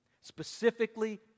specifically